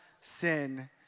sin